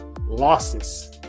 losses